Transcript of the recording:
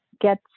get